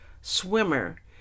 Swimmer